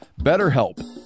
BetterHelp